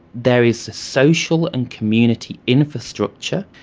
there is a social and community infrastructure,